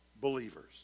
believers